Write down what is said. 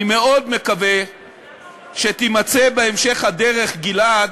אני מאוד מקווה שתימצא בהמשך הדרך, גלעד,